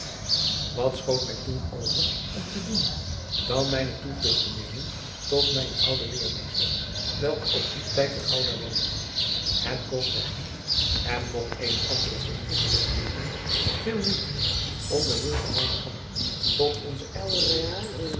wat schoot mij toen over om te doen dan mijne toevlugt te nemen tot mijnen ouden leermeester welke op dien tijd te gouda woonde het kostte hem en nog eenen anderen verdienstelijken leeraar veel moeite om de moeder van mijnen anna tot onzen echt te bewegen